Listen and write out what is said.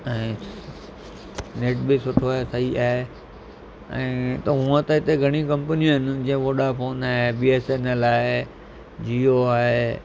ऐं नेट बि सुठो आहे सही आहे ऐं हुंअ त हिते घणई कंपनियूं आहिनि वोडाफ़ोन आहे बी एस एन एल आहे जीओ आहे